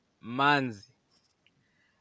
Manzi